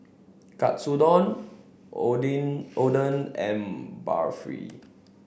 Katsudon Oden and Barfi